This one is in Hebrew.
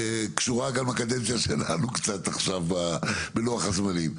קשורה גם לקדנציה שלנו קצת בלוח הזמנים.